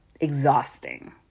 exhausting